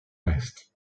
reste